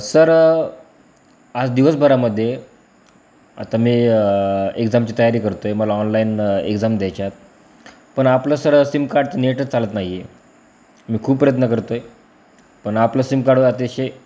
sir आज दिवसभरामध्ये आता मी एक्झामची तयारी करतो आहे मला ऑनलाईन एक्झाम द्यायच्या आहेत पण आपलं सर सिम कार्डचं नेटच चालत नाही आहे मी खूप प्रयत्न करतो आहे पण आपलं सिम कार्डवर अतिशय